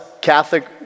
Catholic